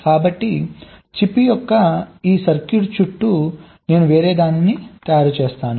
కాబట్టి చిప్ యొక్క ఈ సర్క్యూట్ చుట్టూ నేను వేరేదాన్ని తయారు చేస్తాను